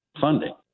funding